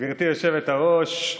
גברתי היושבת-ראש,